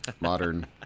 modern